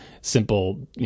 simple